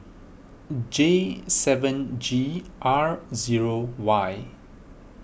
J seven G R zero Y